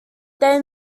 they